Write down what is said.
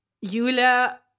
Yulia